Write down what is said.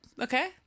Okay